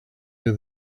you